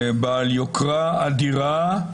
בעל יוקרה אדירה,